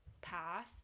path